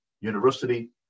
university